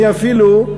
אני אפילו,